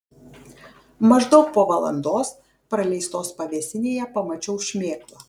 maždaug po valandos praleistos pavėsinėje pamačiau šmėklą